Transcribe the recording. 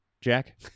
Jack